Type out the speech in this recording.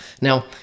Now